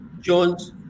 Jones